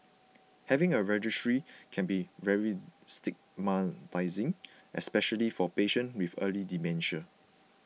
having a registry can be very stigmatising especially for patients with early dementia